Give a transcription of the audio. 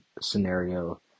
scenario